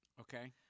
Okay